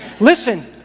Listen